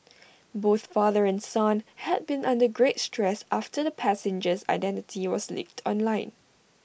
both father and son have been under great stress after the passenger's identity was leaked online